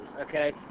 okay